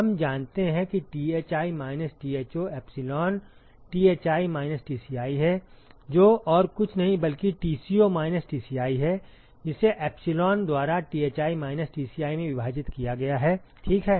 हम जानते हैं कि Thi minus Tho epsilon Thi minus Tci है जो और कुछ नहीं बल्कि Tco माइनस Tci है जिसे एप्सिलॉन द्वारा Thi माइनस Tci में विभाजित किया गया है ठीक है